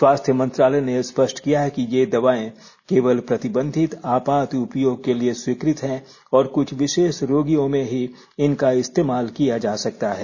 स्वास्थ्य मंत्रालय ने स्पष्ट किया है कि ये दवाएं केवल प्रतिबंधित आपात उपयोग के लिए स्वीकृत हैं और कुछ विशेष रोगियों में ही इनका इस्तेमाल किया जा सकता है